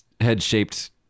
head-shaped